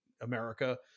America